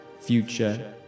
future